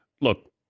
Look